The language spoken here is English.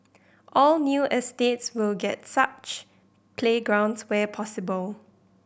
all new estates will get such playgrounds where possible